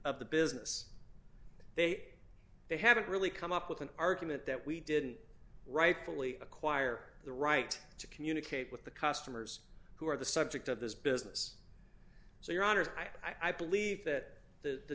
of the business they they haven't really come up with an argument that we didn't rightfully acquire the right to communicate with the customers who were the subject of this business so your honor i believe that the